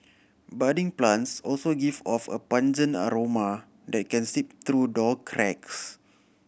budding plants also give off a pungent aroma that can seep through door cracks